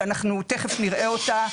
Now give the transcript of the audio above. שאנחנו תכף נראה אותה,